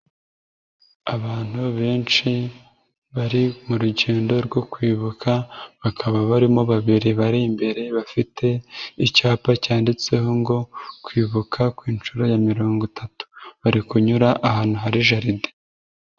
Abantu benshi bari mu rugendo rwo kwibuka, bakaba barimo babiri bari imbere bafite icyapa cyanditseho ngo kwibuka ku nshuro ya mirongo itatu. Bari kunyura ahantu hari jalide.